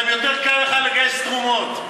גם יותר קל לך לגייס תרומות.